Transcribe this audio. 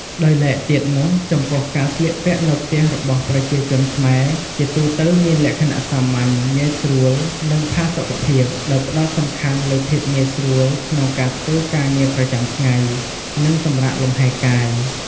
ដោយឡែកទៀតនោះ ចំពោះការស្លៀកពាក់នៅផ្ទះរបស់ប្រជាជនខ្មែរ ជាទូទៅមានលក្ខណៈសាមញ្ញ ងាយស្រួល និងផាសុកភាព ដោយផ្ដោតសំខាន់លើភាពងាយស្រួលក្នុងការធ្វើការងារប្រចាំថ្ងៃ និងសម្រាកលំហែកាយ។